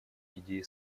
идеи